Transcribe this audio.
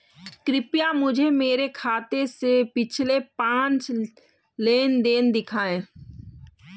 कृपया मुझे मेरे खाते से पिछले पाँच लेन देन दिखाएं